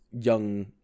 young